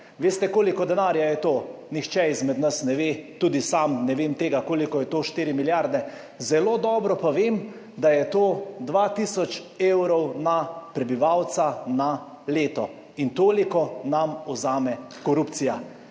Veste, koliko denarja je to? Nihče izmed nas ne ve, tudi sam ne vem tega, koliko je to, 4 milijarde. Zelo dobro pa vem, da je to 2 tisoč evrov na prebivalca na leto. In toliko nam vzame korupcija.